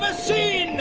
ah see